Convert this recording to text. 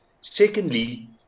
Secondly